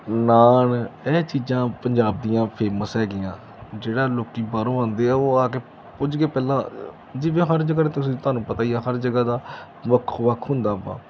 ਨਾਨ ਇਹ ਚੀਜ਼ਾਂ ਪੰਜਾਬ ਦੀਆਂ ਫੇਮਸ ਹੈਗੀਆਂ ਜਿਹੜਾ ਲੋਕ ਬਾਹਰੋਂ ਆਉਂਦੇ ਆ ਉਹ ਆ ਕੇ ਪੁੱਜ ਕੇ ਪਹਿਲਾਂ ਜਿਵੇਂ ਹਰ ਜਗ੍ਹਾ 'ਤੇ ਤੁਸੀਂ ਤੁਹਾਨੂੰ ਪਤਾ ਹੀ ਆ ਹਰ ਜਗ੍ਹਾ ਦਾ ਵੱਖੋਂ ਵੱਖ ਹੁੰਦਾ ਵਾ